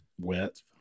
wet